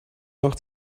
noch